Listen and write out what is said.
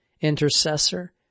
intercessor